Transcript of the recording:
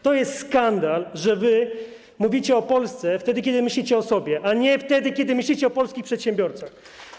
To jest skandal, że mówicie o Polsce wtedy, kiedy myślicie o sobie, a nie wtedy, kiedy myślicie o polskich przedsiębiorcach.